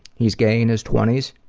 he is gay in his twenty s.